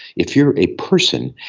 if you are a person,